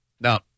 No